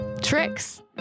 tricks